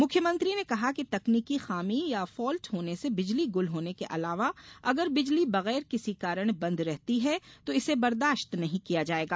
मुख्यमंत्री ने कहा कि तकनीकी खामी या फॉल्ट होने से बिजली गुल होने के अलावा अगर बिजली बगैर किसी कारण बंद रहती है तो इसे बर्दाश्त नहीं किया जाएगा